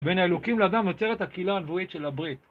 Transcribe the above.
בין האלוקים לאדם נוצרת הקהילה הנבואית של הברית.